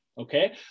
Okay